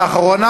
לאחרונה,